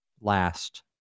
last